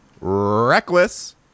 reckless